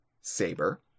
Saber